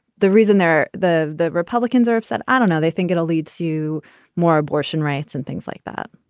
the reason they're the the republicans are upset. i don't know. they think it'll lead to more abortion rights and things like that.